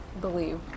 believe